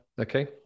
Okay